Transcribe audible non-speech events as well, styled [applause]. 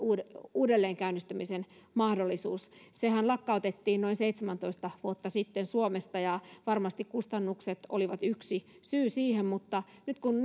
uudelleenkäynnistämisen mahdollisuus sehän lakkautettiin noin seitsemäntoista vuotta sitten suomesta ja varmasti kustannukset olivat yksi syy siihen mutta nyt kun [unintelligible]